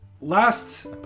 Last